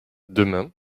demain